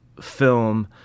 film